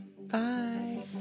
Bye